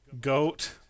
goat